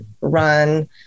run